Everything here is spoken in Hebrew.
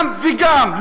גם וגם,